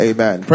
Amen